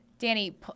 Danny